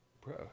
bro